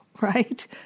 Right